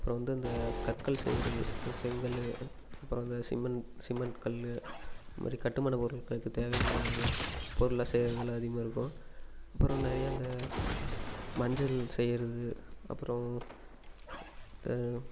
அப்பறம் வந்து இந்த கற்கள் செய்யிறது செங்கல்லு அப்பறம் இந்த சிமெண்ட் சிமெண்ட் கல்லு இதுமாதிரி கட்டுமான பொருட்களுக்கு தேவையான பொருள்லாம் செய்யிறதெலாம் அதிகமாக இருக்கும் அப்புறம் நிறைய இந்த மஞ்சள் செய்கிறது அப்புறம்